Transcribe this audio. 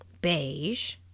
beige